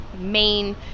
main